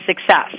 success